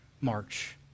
march